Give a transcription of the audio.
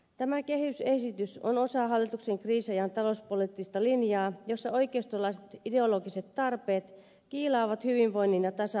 tämä kehysesitys on osa hallituksen kriisiajan talouspoliittista linjaa jossa oikeistolaiset ideologiset tarpeet kiilaavat hyvinvoinnin ja tasa arvon edelle